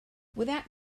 without